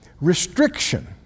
restriction